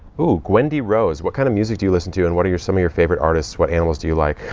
ooh, gwendy rose what kind of music do you listen to? and what are your, some of your favorite artists? what animals do you like?